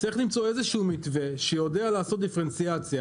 צריך למצוא איזה שהוא מתווה שיודע לעשות דיפרנציאציה